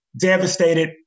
devastated